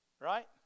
right